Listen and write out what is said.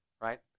right